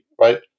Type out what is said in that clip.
right